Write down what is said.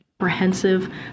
comprehensive